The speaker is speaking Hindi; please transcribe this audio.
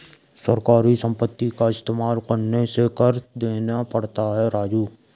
सरकारी संपत्ति का इस्तेमाल करने से कर देना पड़ता है राजू